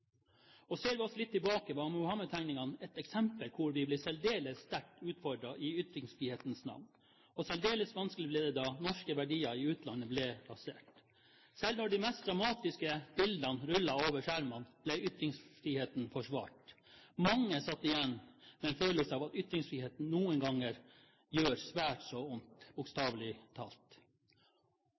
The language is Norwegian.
ytringer. Ser vi oss litt tilbake, var Muhammed-tegningene et eksempel på hvordan vi ble særdeles sterkt utfordret i ytringsfrihetens navn. Særdeles vanskelig ble det da norske verdier i utlandet ble rasert. Selv når de mest dramatiske bildene rullet over skjermene, ble ytringsfriheten forsvart. Mange satt igjen med en følelse av at ytringsfriheten noen ganger gjør svært vondt, bokstavelig talt.